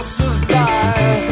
survive